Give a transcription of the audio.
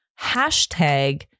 hashtag